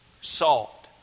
Salt